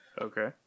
Okay